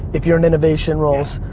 if you're in innovation roles,